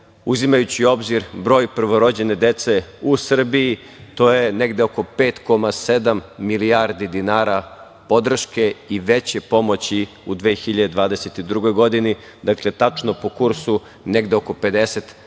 uzimajući u obzir broj prvorođene dece u Srbiji, to je negde oko 5,7 milijardi dinara podrške i veće pomoći u 2022. godini, dakle, tačno po kursu negde oko 50 miliona